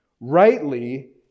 Rightly